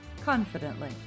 confidently